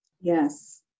Yes